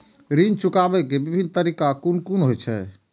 ऋण चुकाबे के विभिन्न तरीका कुन कुन होय छे?